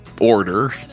order